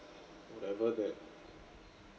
whatever that